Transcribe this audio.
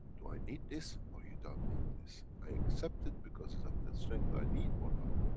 do i need this or you don't need this? i accept it because is of the strength i need or not.